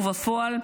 ובפועל,